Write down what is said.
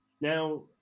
Now